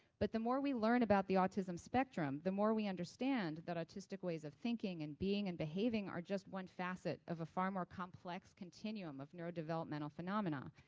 but the more we learn about the autism spectrum, the more we understand that autistic ways of thinking and being and behaving are just one facet of a far more complex continuum of neurodevelopmental phenomena.